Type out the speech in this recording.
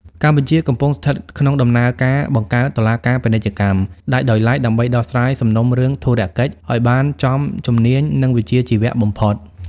កម្ពុជាកំពុងស្ថិតក្នុងដំណើរការបង្កើត "តុលាការពាណិជ្ជកម្ម" ដាច់ដោយឡែក ដើម្បីដោះស្រាយសំណុំរឿងធុរកិច្ចឱ្យបានចំជំនាញ និងវិជ្ជាជីវៈបំផុត។